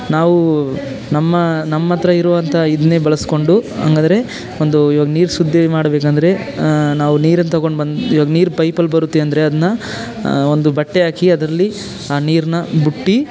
ನಾವೂ ನಮ್ಮ ನಮ್ಮ ಹತ್ರ ಇರುವಂಥ ಇದನ್ನೇ ಬಳಸಿಕೊಂಡು ಹಂಗಾದ್ರೆ ಒಂದು ಈವಾಗ ನೀರು ಸುದ್ದಿ ಮಾಡಬೇಕಂದ್ರೆ ನಾವು ನೀರನ್ನ ತಗೊಂಡು ಬಂದು ಈವಾಗ ನೀರು ಪೈಪಲ್ಲಿ ಬರುತ್ತೆ ಅಂದರೆ ಅದನ್ನ ಒಂದು ಬಟ್ಟೆ ಹಾಕಿ ಅದ್ರಲ್ಲಿ ಆ ನೀರನ್ನ ಬುಟ್ಟಿ